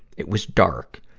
it was dark,